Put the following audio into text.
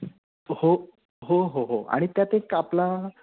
हो हो हो हो आणि त्यात एक आपला